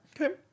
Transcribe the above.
Okay